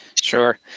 Sure